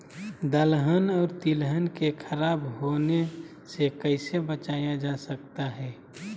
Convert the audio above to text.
दलहन और तिलहन को खराब होने से कैसे बचाया जा सकता है?